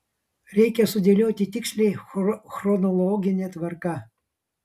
reikia sudėlioti tiksliai chronologine tvarka